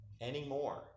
anymore